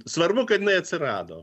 svarbu kad jinai atsirado